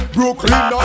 Brooklyn